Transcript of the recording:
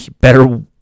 better